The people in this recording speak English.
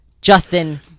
Justin